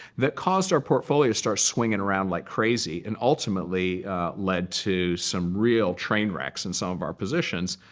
that caused our portfolio to start swinging around like crazy and ultimately led to some real train wrecks in some of our positions.